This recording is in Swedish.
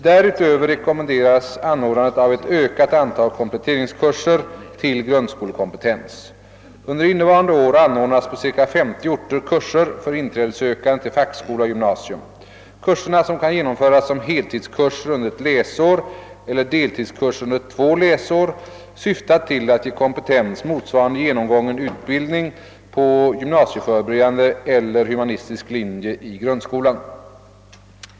Därutöver rekommenderas anordnande av ett ökat antal kompletteringskurser till grundskolekompetens. Under innevarande år anordnas på cirka 50 orter kurser för inträdessökande till fackskola och gymnasium. Kurserna, som kan genomföras som heltidskurs under ett läsår eller deltidskurs under två läsår, syftar till att ge kompetens motsvarande genomgången utbildning på gymnasieförberedande eller humanistisk linje i grundskolan.